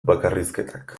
bakarrizketak